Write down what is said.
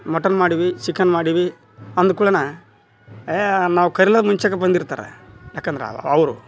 mutton ಮಾಡೀವಿ chicken ಮಾಡೀವಿ ಅಂದ್ಕುಡ್ಲೇನ ಏ ನಾವು ಕರಿಲ ಮುಂಚೆಗೆ ಬಂದಿರ್ತಾರೆ ಯಾಕಂದ್ರೆ ಅವರು